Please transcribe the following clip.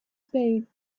spade